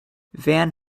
van